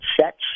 sets